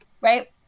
right